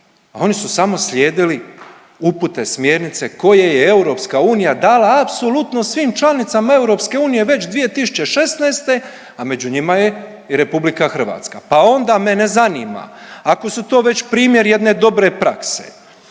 oni su samo slijedili upute, smjernice koje je EU dala apsolutno svim članicama EU već 2016., a među njima je i RH, pa onda mene zanima ako su to već primjer jedne dobre prakse